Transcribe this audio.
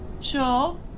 sure